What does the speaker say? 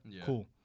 Cool